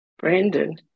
Brandon